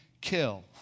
kill